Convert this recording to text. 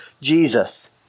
Jesus